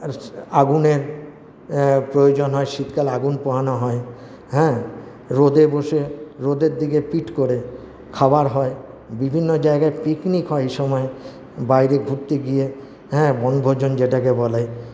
আগুনের প্রয়োজন হয় শীতকাল আগুন পোহানো হয় হ্যাঁ রোদে বসে রোদের দিকে পিঠ করে খাওয়ার হয় বিভিন্ন জায়গায় পিকনিক হয় এই সময় বাইরে ঘুরতে গিয়ে হ্যাঁ বনভোজন যেটাকে বলে